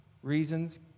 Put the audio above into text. reasons